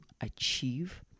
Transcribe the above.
achieve